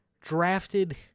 drafted